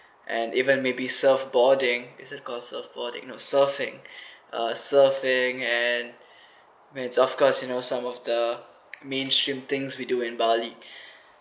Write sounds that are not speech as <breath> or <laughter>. and even maybe surf boarding is it called surf boarding no surfing <breath> uh surfing and and of course you know some of the mainstream thing we do in bali <breath>